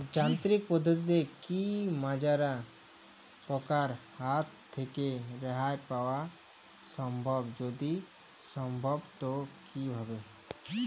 যান্ত্রিক পদ্ধতিতে কী মাজরা পোকার হাত থেকে রেহাই পাওয়া সম্ভব যদি সম্ভব তো কী ভাবে?